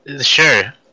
Sure